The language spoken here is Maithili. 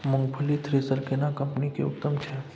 मूंगफली थ्रेसर केना कम्पनी के उत्तम छै?